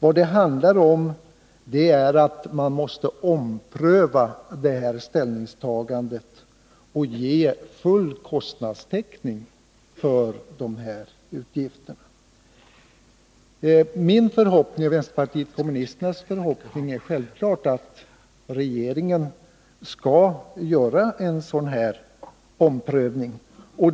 Vad det handlar om är att regeringen måste ompröva sitt ställningstagande när det gäller statlig ersättning till kommuner för hjälp till flyktingar m.fl. och ge full kostnadstäckning för dessa utgifter. Min och vpk:s förhoppning är självfallet att regeringen skall göra en sådan omprövning.